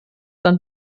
dann